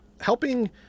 helping